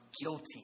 guilty